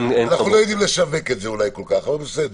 אנחנו לא יודעים כל כך לשווק את זה, אבל בסדר.